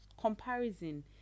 comparison